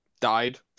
Died